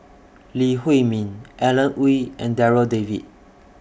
Lee Huei Min Alan Oei and Darryl David